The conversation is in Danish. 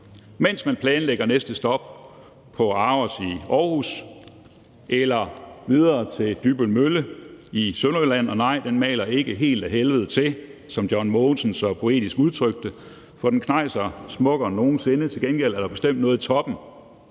mens man planlægger næste stop på ARoS i Aarhus eller videre til Dybbøl Mølle i Sønderjylland. Og nej, den maler ikke helt ad helvede til, som John Mogensen så poetisk udtrykte det. Den knejser smukkere end nogen sinde. Til gengæld er der bestemt noget i toppen